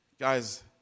guys